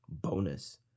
Bonus